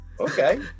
Okay